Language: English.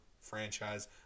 franchise